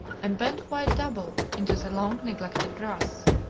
and bent quite double, into the long neglected grass.